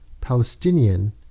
Palestinian